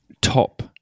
top